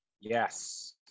Yes